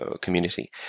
community